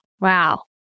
Wow